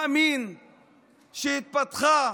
מאמין שהתפתחה